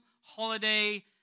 holiday